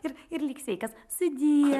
ir ir lik sveikas sudie